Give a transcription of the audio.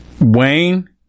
Wayne